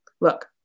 Look